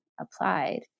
applied